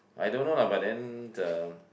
I don't know lah but then the